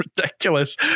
ridiculous